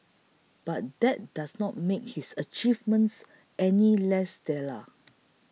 but that does not make his achievements any less stellar